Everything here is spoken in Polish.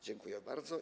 Dziękuję bardzo.